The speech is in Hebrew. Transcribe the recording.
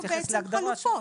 יש פה חלופות,